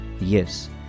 Yes